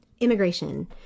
immigration